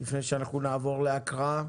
לפני שאנחנו נעבור להקראה,